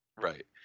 Right